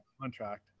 contract